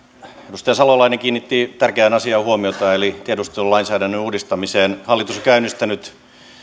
edustaja salolainen kiinnitti tärkeään asiaan huomiota eli tiedustelulainsäädännön uudistamiseen hallitus on käynnistänyt